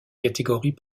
catégories